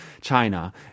China